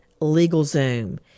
LegalZoom